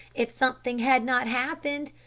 if something had not happened.